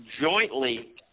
jointly